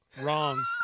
Wrong